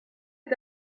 est